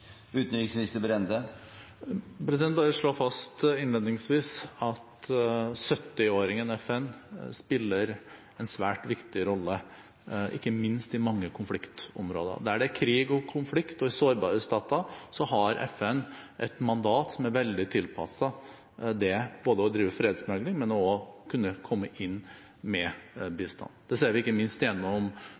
bare slå fast innledningsvis at 70-åringen FN spiller en svært viktig rolle, ikke minst i mange konfliktområder. Der det er krig og konflikt i sårbare stater, har FN et mandat som er veldig tilpasset det å drive fredsmekling, men også å kunne komme inn med bistand. Det ser vi ikke minst gjennom